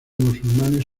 musulmanes